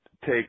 take